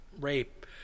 rape